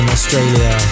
Australia